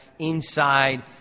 Inside